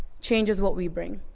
change is what we bring.